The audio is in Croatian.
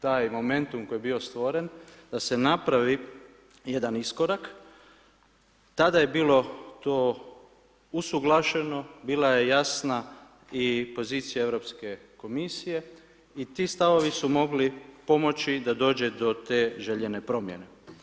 taj momentum koji je bio stvoren da se napravi jedan iskorak, tada je to bilo usuglašeno bila je jasna i pozicija Europske komisije i ti stavovi su mogli pomoći da dođe do te željene promjene.